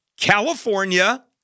California